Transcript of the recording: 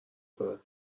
کنن